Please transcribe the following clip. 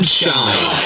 shine